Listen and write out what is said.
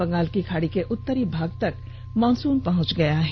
बंगाल की खाड़ी के उत्तरी भाग तक मानसून पहुंच गया है